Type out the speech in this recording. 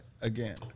again